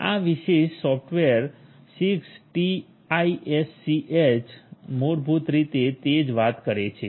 આ વિશેષ software 6TiSCH મૂળભૂત રીતે તે જ વાત કરે છે